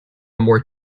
more